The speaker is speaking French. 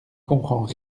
comprend